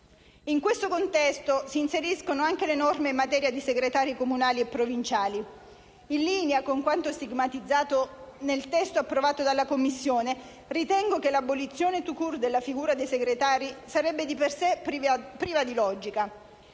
In questo contesto si inseriscono anche le norme in materia di segretari comunali e provinciali. In linea con il testo approvato dalla Commissione, ritengo che l'abolizione *tout court* della figura dei segretari sarebbe di per sé priva di logica.